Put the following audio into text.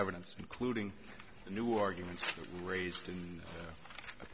evidence including the new arguments raised in